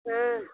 हम्म